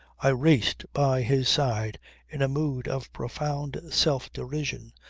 i raced by his side in a mood of profound self-derision,